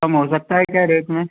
कम हो सकता है क्या रेट में